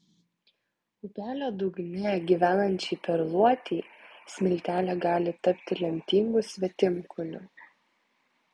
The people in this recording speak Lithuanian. upelio dugne gyvenančiai perluotei smiltelė gali tapti lemtingu svetimkūniu